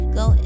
go